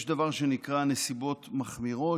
יש דבר שנקרא נסיבות מחמירות,